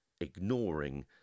ignoring